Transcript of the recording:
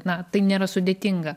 na tai nėra sudėtinga